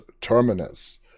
terminus